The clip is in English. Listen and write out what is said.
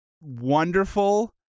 wonderful